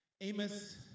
Amos